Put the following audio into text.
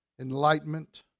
enlightenment